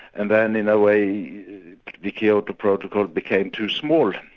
and then in a way the kyoto protocol became too small,